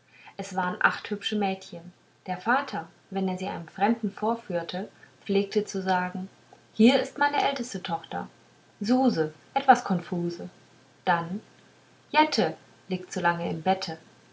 es waren alle acht hübsche mädchen der vater wenn er sie einem fremden vorführte pflegte zu sagen hier ist meine älteste tochter suse etwas konfuse dann jette liegt zu lang im bette